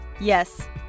Yes